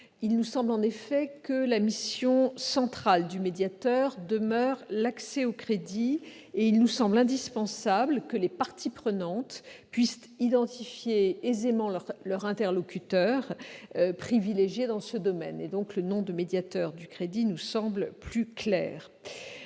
il nous semble que la mission centrale du médiateur demeure l'accès au crédit. En conséquence, il nous paraît indispensable que les parties prenantes puissent identifier aisément leur interlocuteur privilégié dans ce domaine : voilà pourquoi le nom de « médiateur du crédit » nous semble plus clair.